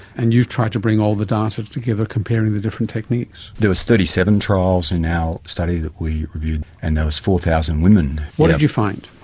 and you've try to bring all the data together, comparing the different techniques. there was thirty seven trials in our study that we reviewed, and was four thousand women. what did you find?